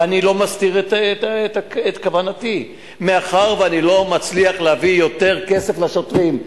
ואני לא מסתיר את כוונתי: מאחר שאני לא מצליח להביא יותר כסף לשוטרים,